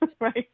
right